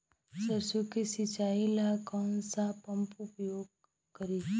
सरसो के सिंचाई ला कौन सा पंप उपयोग करी?